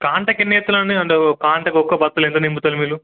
కాంటకి ఎన్ని ఎత్తులండి అండి కాంటకి ఒక్క బస్తలు ఎంత నింపుతారు మీరు